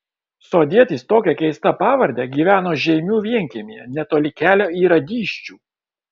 sodietis tokia keista pavarde gyveno žeimių vienkiemyje netoli kelio į radyščių